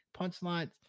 punchlines